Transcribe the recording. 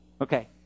Okay